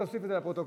לחבר הכנסת מאיר